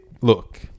look